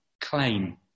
claim